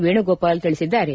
ವೇಣುಗೋಪಾಲ್ ತಿಳಿಸಿದ್ದಾರೆ